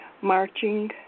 marching